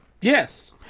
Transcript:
Yes